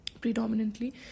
predominantly